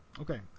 Okay